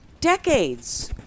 decades